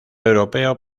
europeo